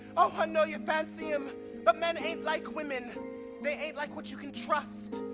i know you fancy him but men ain't like women they ain't like what you can trust!